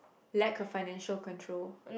lack of financial control